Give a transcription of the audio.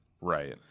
right